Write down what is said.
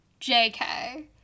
JK